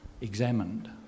examined